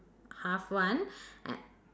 half one